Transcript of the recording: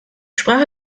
sprache